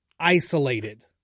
Isolated